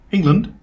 England